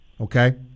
okay